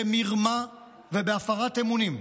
במרמה ובהפרת אמונים.